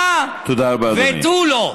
הא ותו לא.